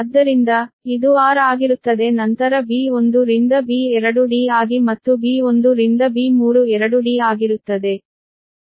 ಆದ್ದರಿಂದ ಇದು r ಆಗಿರುತ್ತದೆ ನಂತರ b1 ರಿಂದ b2 d ಆಗಿ ಮತ್ತು b1 ರಿಂದ b3it 2 d ಆಗಿರುತ್ತದೆ